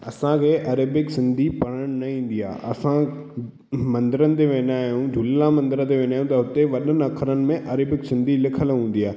असांखे अरेबिक सिंधी पढ़णु न ईंदी आहे असां मंदरनि ते वेंदा आहियूं झूलेलाल मंदर ते वेंदा आहियूं त उते वॾे अखरनि में अरेबिक सिंधी लिखियल हूंदी आहे